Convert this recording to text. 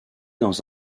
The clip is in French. dans